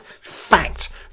Fact